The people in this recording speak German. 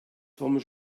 vom